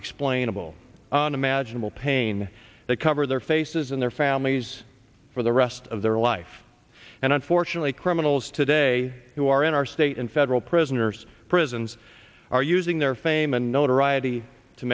explainable and imaginable pain that cover their faces and their families for the rest of their life and unfortunately criminals today say you are in our state and federal prisoners prisons are using their fame and notoriety to